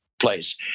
place